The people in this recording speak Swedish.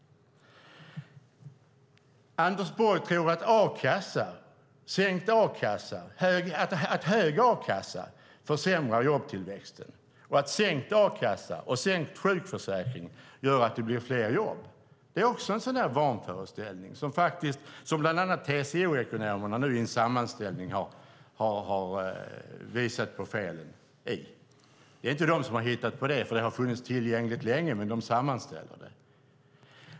Anders Borg tror att hög a-kassa försämrar jobbtillväxten och att sänkt a-kassa och sänkt sjukförsäkring gör att det blir fler jobb. Det är också en sådan där föreställning som bland annat TCO-ekonomerna i en sammanställning har påvisat fel i. Det är inte de som har hittat på detta, för det har funnits tillgängligt länge, men de sammanställer det.